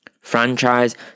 franchise